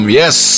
yes